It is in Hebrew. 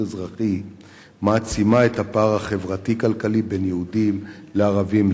אזרחי מעצימה את הפער החברתי-כלכלי בין יהודים לערבים,